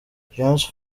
james